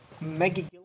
Maggie